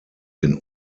den